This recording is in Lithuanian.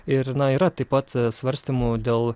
ir yra taip pat svarstymų dėl